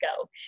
go